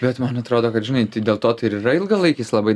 bet man atrodo kad žinai tai dėl to tai ir yra ilgalaikis labai